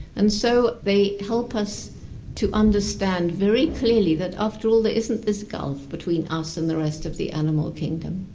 and so they help us to understand very clearly that after all there isn't this gulf between us and the rest of the animal kingdom.